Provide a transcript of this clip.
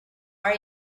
are